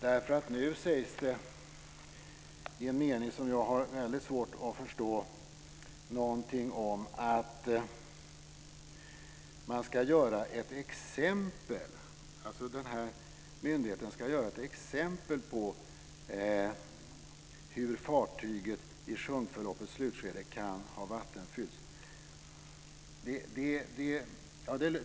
Här sägs det i en mening som jag har väldigt svårt att förstå någonting om att myndigheten ska göra ett exempel på hur fartyget i sjunkförloppets slutskede kan ha vattenfyllts.